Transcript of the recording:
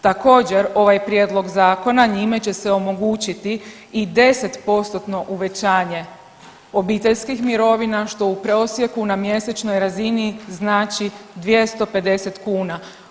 Također ovaj prijedlog zakona njime će se omogućiti i 10% uvećanje obiteljskih mirovina što u prosjeku na mjesečnoj razini znači 250 kuna.